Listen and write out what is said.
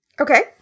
Okay